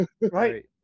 Right